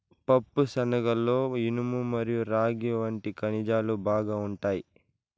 పప్పుశనగలలో ఇనుము మరియు రాగి వంటి ఖనిజాలు బాగా ఉంటాయి